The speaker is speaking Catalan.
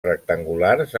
rectangulars